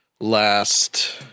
last